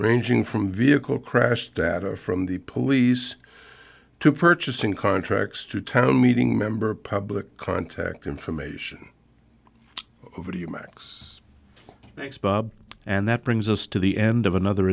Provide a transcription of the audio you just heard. ranging from vehicle crash that are from the police to purchasing contracts to town meeting member public contact information over the max thanks bob and that brings us to the end of another